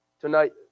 tonight